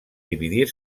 dividir